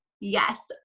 Yes